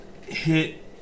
hit